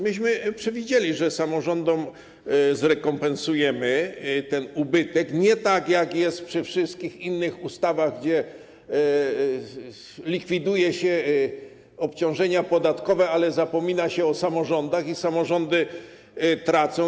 Myśmy przewidzieli, że samorządom zrekompensujemy ten ubytek, nie tak jak jest przy wszystkich innych ustawach, gdzie likwiduje się obciążenia podatkowe, ale zapomina się o samorządach i one tracą.